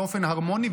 באופן הרמוני,